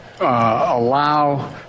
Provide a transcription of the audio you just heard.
allow